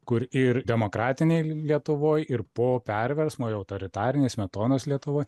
kur ir demokratinėj lietuvoj ir po perversmo jau autoritarinėj smetonos lietuvoj